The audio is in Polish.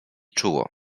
czuło